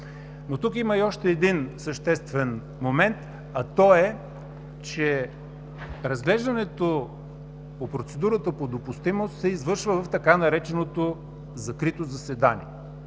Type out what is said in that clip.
Но тук има и още един съществен момент, а той е, че разглеждането по процедурата по допустимост се извършва в така нареченото „закрито“ заседание.